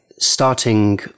Starting